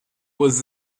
was